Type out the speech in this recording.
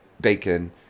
bacon